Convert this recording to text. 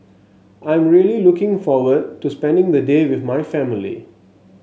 I'm really looking forward to spending the day with my family